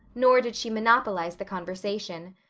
nor did she monopolize the conversation.